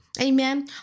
Amen